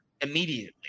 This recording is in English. immediately